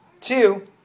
Two